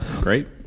Great